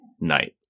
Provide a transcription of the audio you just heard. night